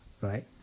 Right